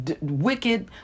wicked